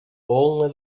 only